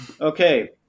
Okay